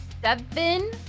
seven